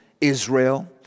Israel